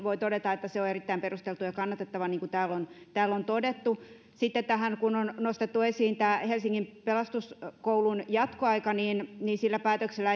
voi todeta että se on erittäin perusteltu ja kannatettava niin kuin täällä on todettu sitten tähän kun on nostettu esiin tämä helsingin pelastuskoulun jatkoaika sillä päätöksellä